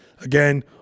Again